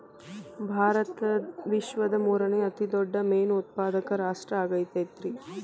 ಭಾರತ ವಿಶ್ವದ ಮೂರನೇ ಅತಿ ದೊಡ್ಡ ಮೇನು ಉತ್ಪಾದಕ ರಾಷ್ಟ್ರ ಆಗೈತ್ರಿ